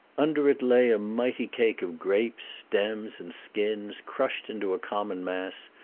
under it lay a mighty cake of grapes, stems, and skins, crushed into a common mass,